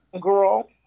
girl